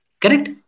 Correct